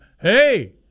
Hey